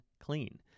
clean